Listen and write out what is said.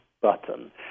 button